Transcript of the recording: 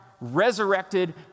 resurrected